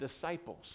disciples